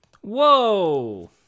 whoa